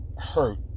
hurt